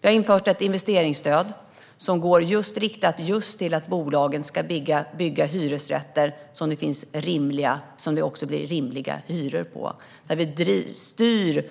Vi har infört ett investeringsstöd som är riktat just så att bolagen ska bygga hyresrätter som det också blir rimliga hyror för. Vi styr